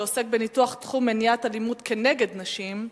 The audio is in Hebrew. שעוסק בניתוח תחום מניעת אלימות כנגד נשים,